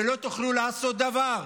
ולא תוכלו לעשות דבר.